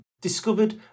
discovered